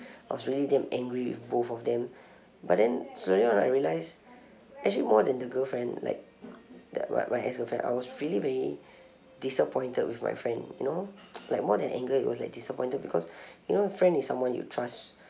I was really damn angry with both of them but then slowly on I realize actually more than the girlfriend like that my my ex girlfriend I was really very disappointed with my friend you know like more than anger it was like disappointed because you know friend is someone you trust